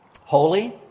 Holy